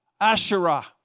Asherah